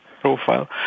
profile